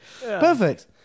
Perfect